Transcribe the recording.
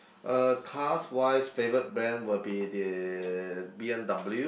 uh cars wise favorite brand will be the b_m_w